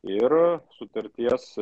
ir sutarties